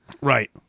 Right